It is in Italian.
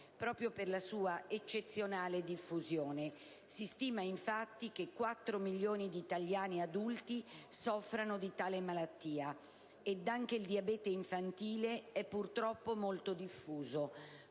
proprio per la sua eccezionale diffusione. Si stima infatti che quattro milioni di italiani adulti soffrano di tale malattia; anche il diabete infantile è purtroppo molto diffuso: